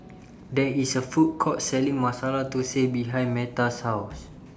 There IS A Food Court Selling Masala Thosai behind Metta's House